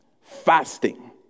fasting